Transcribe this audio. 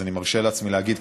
אז אני מרשה לעצמי להגיד,